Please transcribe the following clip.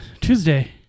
Tuesday